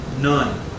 None